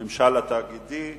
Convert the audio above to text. הממשל התאגידי),